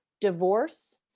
divorce